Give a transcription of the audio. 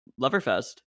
Loverfest